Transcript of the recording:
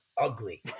ugly